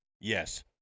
Yes